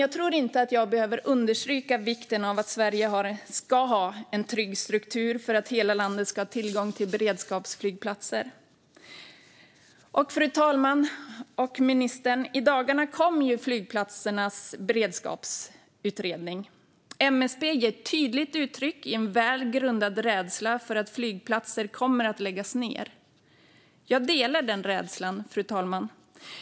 Jag tror inte att jag behöver understryka vikten av att Sverige ska ha en trygg struktur för att hela landet ska ha tillgång till beredskapsflygplatser. Fru talman och ministern! I dagarna kom flygplatsernas beredskapsutredning. MSB ger tydligt uttryck för en väl grundad rädsla för att flygplatser kommer att läggas ned. Jag delar denna rädsla, fru talman.